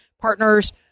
partners